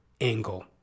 angle